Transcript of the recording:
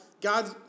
God